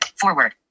forward